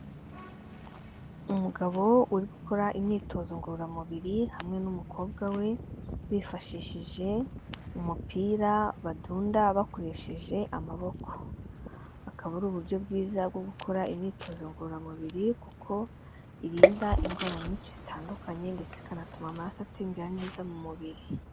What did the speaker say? Umugabo uri gukora imyitozo ngororamubiri hamwe n'umukobwa we, bifashishije umupira badunda bakoresheje amaboko, akaba ari uburyo bwiza bwo gukora imyitozo ngororamubiri kuko irinda indwara nyinshi zitandukanye ndetse ikanatuma amaraso atembera neza mu mubiri.